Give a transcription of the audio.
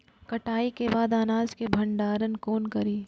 कटाई के बाद अनाज के भंडारण कोना करी?